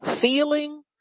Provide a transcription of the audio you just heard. feeling